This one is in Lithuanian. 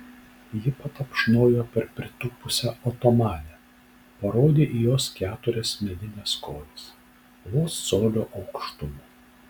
ji patapšnojo per pritūpusią otomanę parodė į jos keturias medines kojas vos colio aukštumo